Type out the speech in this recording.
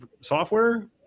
software